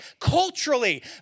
culturally